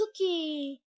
cookie